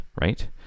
right